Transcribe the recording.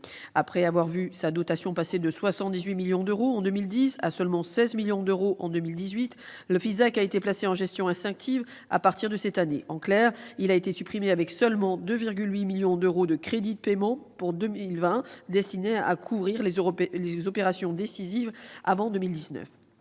Après avoir vu sa dotation passer de 78 millions d'euros en 2010 à seulement 16 millions d'euros en 2018, le Fisac a été placé en gestion extinctive à partir de cette année. En clair, il a été supprimé, avec seulement 2,8 millions d'euros de crédits de paiement pour 2020 destinés à couvrir les opérations décidées avant 2019.